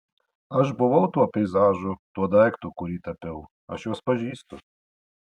aš buvau tuo peizažu tuo daiktu kurį tapiau aš juos pažįstu